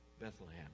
Bethlehem